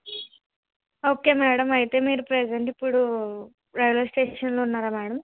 okay madam అయితే మీరు present ఇప్పుడు రైల్వే స్టేషన్లో ఉన్నారా మేడం